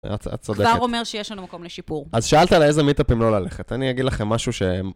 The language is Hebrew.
את צודקת. כבר אומר שיש לנו מקום לשיפור. אז שאלת על איזה מיטאפים לא ללכת, אני אגיד לכם משהו שהם